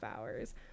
hours